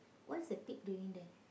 what's the pig doing there